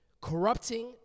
Corrupting